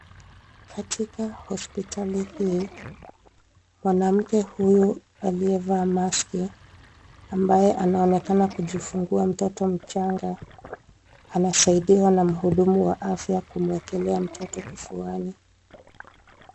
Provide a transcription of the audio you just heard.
Katika hospitali hii, mwanamke huyu aliyevaa maski , ambaye anaonekana kujifungua mtoto mchanga, anasaidiwa na mhudumu wa afya kumwekelea mtoto kifuani.